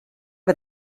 que